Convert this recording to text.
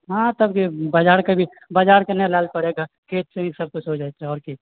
हँ तब बाजारके भी बाजारके नहि लाबए परय घर खेत से ही सभकुछ हो जाइ छै आओर की